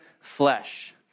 flesh